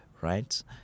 right